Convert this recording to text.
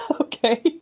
Okay